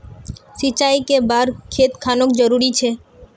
सिंचाई कै बार खेत खानोक जरुरी छै?